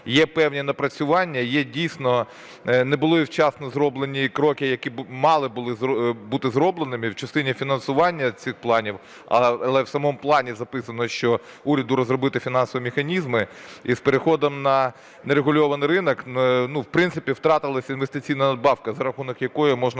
Є певні напрацювання, є дійсно… не були вчасно зроблені кроки, які б мали бути зробленими у частині фінансування цих планів. Але в самому плані записано, що уряду розробити фінансові механізми з переходом на нерегульований ринок, ну, в принципі втратилась інвестиційна надбавка, за рахунок якої можна